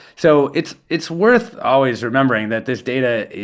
so it's it's worth always remembering that this data,